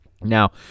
Now